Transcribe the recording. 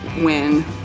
win